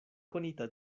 konita